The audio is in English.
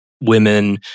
women